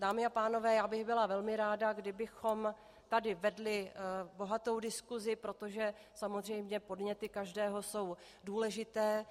Dámy a pánové, já bych byla velmi ráda, kdybychom tady vedli bohatou diskusi, protože samozřejmě podněty každého jsou důležité.